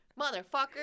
Motherfucker